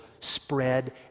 spread